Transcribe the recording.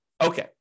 Okay